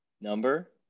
Number